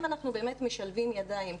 אם אנחנו באמת משלבים ידיים,